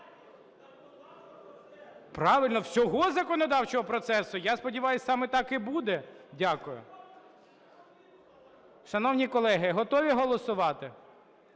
Правильно, всього законодавчого процесу. Я сподіваюсь, саме так і буде. Дякую. Шановні колеги, готові голосувати?